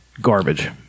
garbage